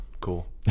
cool